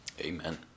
Amen